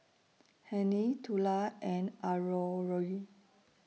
Hennie Tula and Aurore